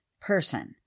person